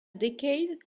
decade